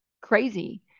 crazy